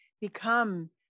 become